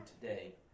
today